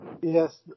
Yes